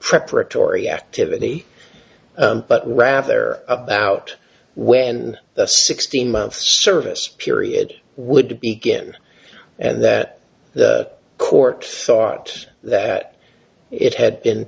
preparatory activity but rather about when the sixteen months service period would begin and that the court thought that it had been